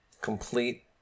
complete